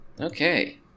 Okay